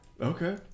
Okay